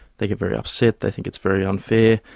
they get very upset, they think it's very unfair.